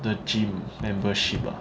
the gym membership ah